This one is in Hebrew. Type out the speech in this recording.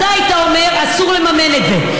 אתה היית אומר: אסור לממן את זה.